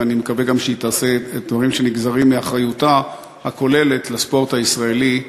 ואני גם מקווה שהיא תעשה דברים שנגזרים מאחריותה הכוללת לספורט הישראלי,